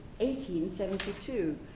1872